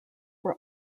were